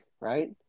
right